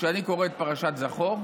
כשאני קורא את פרשת זכור,